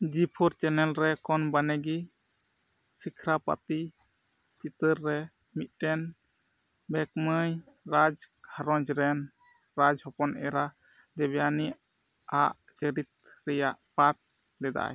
ᱡᱤ ᱯᱷᱳᱨ ᱪᱮᱱᱮᱞ ᱨᱮ ᱠᱳᱱ ᱵᱚᱱᱮᱜᱤ ᱥᱤᱠᱷᱨᱟᱯᱚᱛᱤ ᱪᱤᱛᱟᱹᱨ ᱨᱮ ᱢᱤᱫᱴᱮᱱ ᱵᱮᱠᱢᱟᱹᱭ ᱨᱟᱡᱽ ᱜᱷᱟᱨᱚᱸᱡᱽ ᱨᱮᱱ ᱨᱟᱡᱽ ᱦᱚᱯᱚᱱ ᱮᱨᱟ ᱫᱮᱵᱭᱟᱱᱤ ᱟᱜ ᱪᱟᱹᱨᱤᱛ ᱨᱮᱭᱟᱜ ᱯᱟᱴ ᱞᱮᱫᱟᱭ